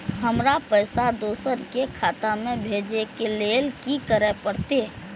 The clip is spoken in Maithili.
हमरा पैसा दोसर के खाता में भेजे के लेल की करे परते?